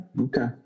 okay